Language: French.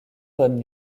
donne